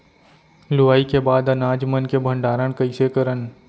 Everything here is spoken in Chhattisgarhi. लुवाई के बाद अनाज मन के भंडारण कईसे करन?